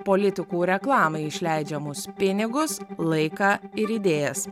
politikų reklamai išleidžiamus pinigus laiką ir idėjas